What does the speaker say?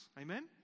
Amen